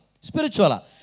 Spiritual